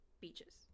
beaches